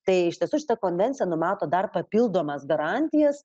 tai iš tiesų šita konvencija numato dar papildomas garantijas